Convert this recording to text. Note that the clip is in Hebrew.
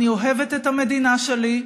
אני אוהבת את המדינה שלי,